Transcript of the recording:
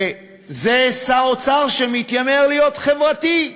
וזה שר אוצר שמתיימר להיות חברתי.